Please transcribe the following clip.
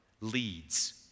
leads